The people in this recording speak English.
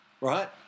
Right